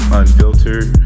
unfiltered